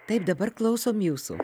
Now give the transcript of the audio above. taip dabar klausom jūsų